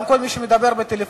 גם כל מי שמדבר בטלפון.